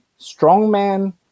strongman